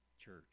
church